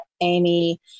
Amy